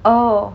oh